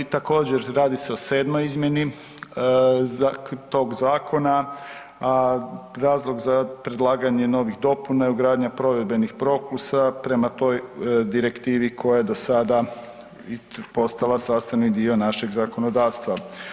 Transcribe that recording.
Također radi se o sedmoj izmjeni tog zakona, a razlog za predlaganje novih dopuna je ugradnja provedbenih propisa prema toj direktivi koja je do sada postala sastavni dio našeg zakonodavstva.